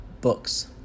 Books